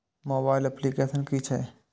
Mobile application कि छै?